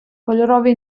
кольорові